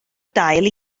dail